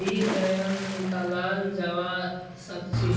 भी जयं निकलाल जवा सकछे